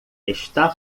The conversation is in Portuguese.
está